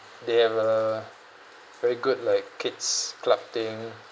they have a very good like kids club thing